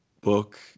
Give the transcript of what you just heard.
book